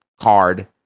card